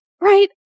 Right